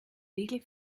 regel